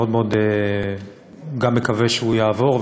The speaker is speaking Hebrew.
גם מאוד מאוד מקווה שהוא יעבור,